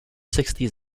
sixties